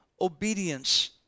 obedience